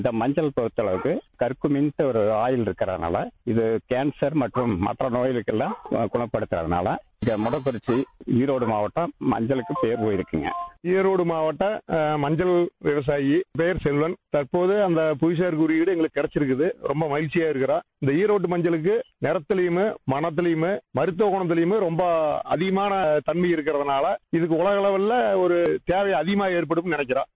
இந்த மஞ்சள் பொறுத்த அளவுக்கு கற்குமின் ஒரு ஆயில் இருக்கிறது இது கேள்சர் மற்றும் மற்ற நோய்களையெல்லாம் குணப்படுத்துவதால் இந்த மொடக்குறிச்சி ஈரோடு மாவட்டம் முன்சுளக்கு பேரம் போயிருக்குங்க ஈரோடு மாவட்டம் மஞ்சள் விவசாயி பெயர் செல்வன் தற்போது அந்த புவிசார் குறிபிடு எங்களுக்கு கிடைக்கிருக்கு ரொம்ப மகிழ்க்கியாக இருக்கிறோம் இந்த ஈரோடு மஞ்சளுக்கு நிறத்திலும் மணத்திலேயுமே மருத்துவ குணம் அதிகமான தன்மை இருக்கிறதனால் இதுக்கு உலக அளவில் ஒரு தேவை அதிகமாக ஏற்படும் என நிளைக்கிறோம்